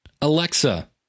Alexa